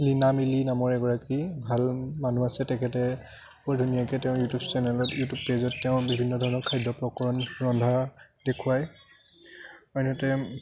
লীনা মিলি নামৰ এগৰাকী ভাল মানুহ আছে তেখেতে বৰ ধুনীয়াকে তেওঁ ইউটিউব চেনেলত ইউটিউব পেজত তেওঁ বিভিন্ন ধৰণৰ খাদ্য প্ৰকৰণ ৰন্ধা দেখুৱায় আনহাতে